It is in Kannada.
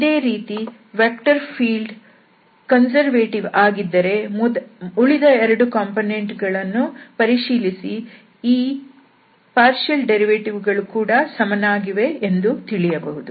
ಇದೇ ರೀತಿ ವೆಕ್ಟರ್ ಫೀಲ್ಡ್ ಕನ್ಸರ್ವೇಟಿವ್ ಆಗಿದ್ದರೆ ಉಳಿದ ಕಂಪೋನೆಂಟ್ ಗಳನ್ನು ಪರಿಶೀಲಿಸಿ ಈ ಭಾಗಶಃ ಉತ್ಪನ್ನ ಗಳು ಕೂಡ ಸಮನಾಗಿವೆ ಎಂದು ತಿಳಿಯಬಹುದು